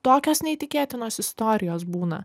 tokios neįtikėtinos istorijos būna